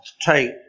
take